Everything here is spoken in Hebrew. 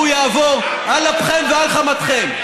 והוא יעבור על אפכם ועל חמתכם.